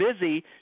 busy